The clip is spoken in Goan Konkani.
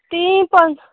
तीं पय